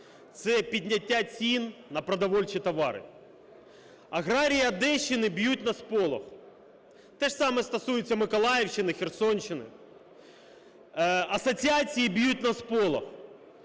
це підняття цін на продовольчі товари. Аграрії Одещини б'ють на сполох, те ж саме стосується Миколаївщини, Херсонщини, асоціації б'ють на сполох.